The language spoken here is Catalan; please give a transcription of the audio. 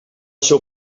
seu